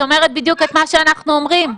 את אומרת בדיוק את מה שאנחנו אומרים,